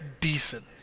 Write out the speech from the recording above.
decent